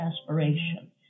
aspiration